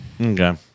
Okay